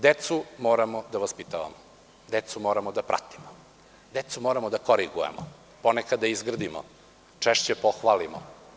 Decu moramo da vaspitavamo, decu moramo da pratimo, decu moramo da korigujemo, ponekad da izgrdimo, češće pohvalimo.